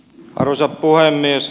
arvoisa puhemies